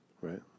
Right